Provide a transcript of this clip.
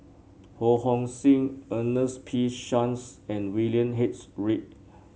Ho Hong Sing Ernest P Shanks and William H Read